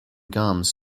gums